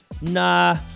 nah